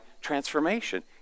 transformation